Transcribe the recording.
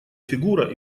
фигура